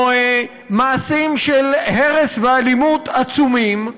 או מעשים של הרס ואלימות עצומים,